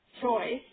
choice